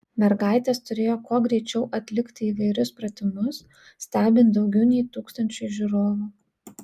mergaitės turėjo kuo greičiau atlikti įvairius pratimus stebint daugiau nei tūkstančiui žiūrovų